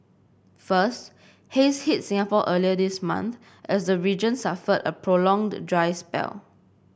first haze hit Singapore earlier this month as the region suffered a prolonged dry spell